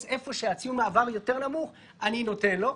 איפה שציון המעבר יותר נמוך אני נותן לו,